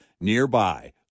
nearby